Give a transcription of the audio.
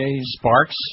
Sparks